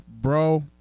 bro